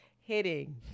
hitting